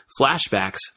flashbacks